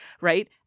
right